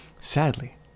Sadly